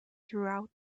throughout